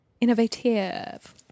innovative